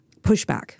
pushback